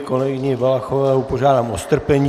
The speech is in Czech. Kolegyni Valachovou požádám o strpení.